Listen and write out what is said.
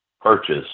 purchase